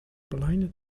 blinded